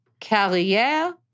Carrière